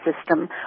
system